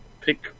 pick